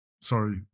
Sorry